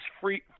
free